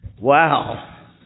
Wow